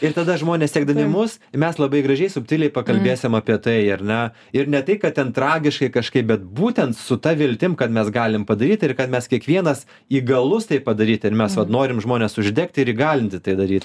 ir tada žmonės sekdami mus mes labai gražiai subtiliai pakalbėsim apie tai ar ne ir ne tai kad ten tragiškai kažkaip bet būtent su ta viltim kad mes galim padaryt ir kad mes kiekvienas įgalus tai padaryt ir mes vat norim žmonės uždegt ir įgalinti tai daryt